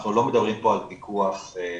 אנחנו לא מדברים פה על פיקוח אינטנסיבי.